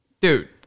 Dude